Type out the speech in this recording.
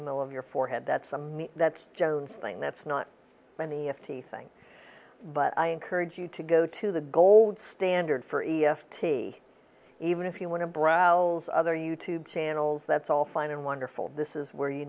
the middle of your forehead that's a me that's jones thing that's not many of the thing but i encourage you to go to the gold standard for t even if you want to browse other you tube channels that's all fine and wonderful this is where you